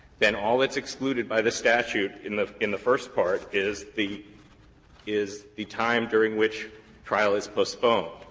then all that's excluded by the statute in the in the first part is the is the time during which trial is postponed,